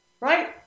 Right